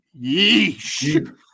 yeesh